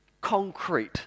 concrete